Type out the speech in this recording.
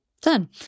done